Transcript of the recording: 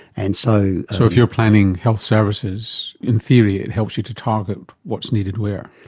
and so so if you're planning health services, in theory it helps you to target what is needed where.